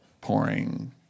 pouring